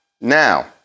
Now